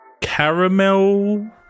caramel